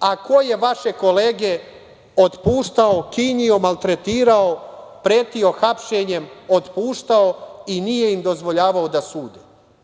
a ko je vaše kolege otpuštao, kinjio, pretio hapšenjem, otpuštao i nije im dozvoljavao da sude. Onda